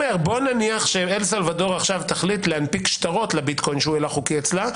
נניח שאל סלוודור תחליט עכשיו להנפיק שטרות לביטקוין שהוא הילך חוקי אצלה.